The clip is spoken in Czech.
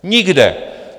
Nikde.